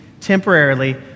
temporarily